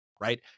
right